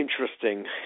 interesting